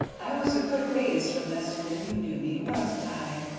i was a good ways from this when you knew me, wasn't i?